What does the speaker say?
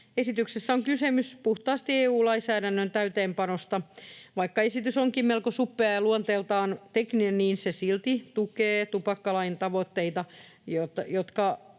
Esityksessä on kysymys puhtaasti EU-lainsäädännön täytäntöönpanosta. Vaikka esitys onkin melko suppea ja luonteeltaan tekninen, se silti tukee tupakkalain tavoitetta, että